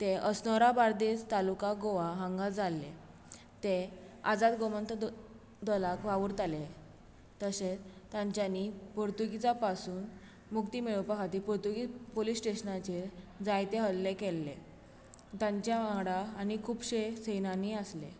ते अस्नोडा बार्देस तालुका गोवा हांगा जाल्ले ते आजाद गोंमतक दलाक वावुरताले तशेंच तांच्यानी पोर्तुगिजा पासून मुक्ती मेळोवपा खातीर पुर्तुगीज पोलीस स्टेशनाचेर जायते हल्ले केल्ले तांच्या वांगडा आनीक खुबशे सेनानी आसले